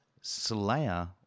slayer